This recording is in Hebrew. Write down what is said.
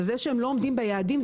אבל העובדה שהם לא עומדים ביעדים,